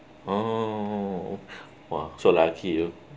oh !wah! so lucky you